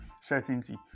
certainty